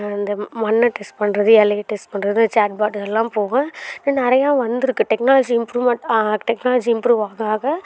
அந்த மண்ணை டெஸ்ட் பண்ணுறது இலைய டெஸ்ட் பண்ணுறது சேட்பாட் இதெல்லாம் போக இன்னும் நிறையா வந்திருக்கு டெக்னாலஜி இம்ப்ரூவ்மெண்ட் டெக்னாலஜி இம்ப்ரூவ் ஆக ஆக